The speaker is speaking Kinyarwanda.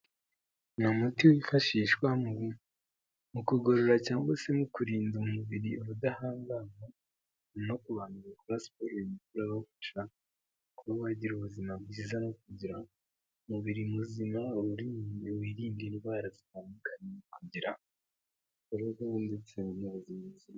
Ni umuti wifashishwa mu kugorora cyangwa se mu kurinda umubiri ubudahangarwa no ku bantu bakora siporo uyu muti urabafasha kuba wagira ubuzima bwiza no kugira umubiri muzima wirinde indwara zitandukanye kugira urugo ndetse n'ubuzima buzira umuze.